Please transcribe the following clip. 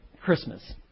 Christmas